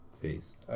Face